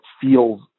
feels